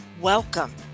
Welcome